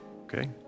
Okay